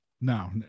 No